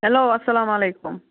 hello اَسلامُ علیکُم